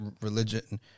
religion